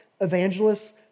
evangelists